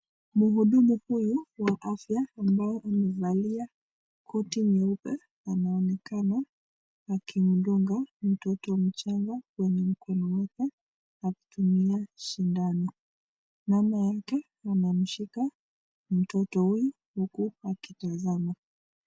Mhudumu huyu wa afya ambaye amevalia koti nyeupe, anaonekana akimdunga mtoto mchanga kwenye mkono wake akitumia shindano. Mama yake anamshika mtoto huyu huku akitazama.